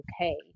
okay